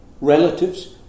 relatives